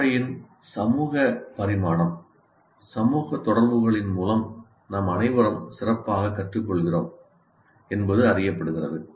வகுப்பறையின் சமூக பரிமாணம் சமூக தொடர்புகளின் மூலம் நாம் அனைவரும் சிறப்பாகக் கற்றுக்கொள்கிறோம் என்பது அறியப்படுகிறது